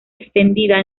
extendida